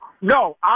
No